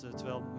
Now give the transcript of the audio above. terwijl